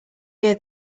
hear